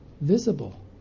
visible